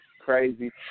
crazy